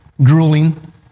drooling